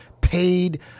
paid